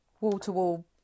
wall-to-wall